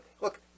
look